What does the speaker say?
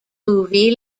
movie